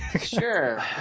Sure